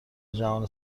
جهان